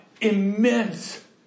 immense